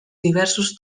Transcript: diversos